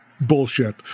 bullshit